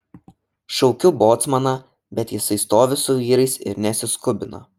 šaukiu bocmaną bet jisai stovi su vyrais ir nesiskubina